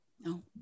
No